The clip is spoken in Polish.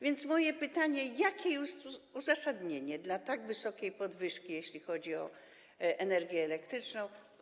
Więc moje pytanie: Jakie jest uzasadnienie tak wysokiej podwyżki, jeśli chodzi o energię elektryczną?